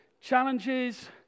challenges